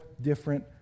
different